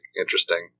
interesting